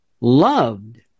loved